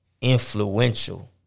influential